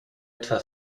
etwa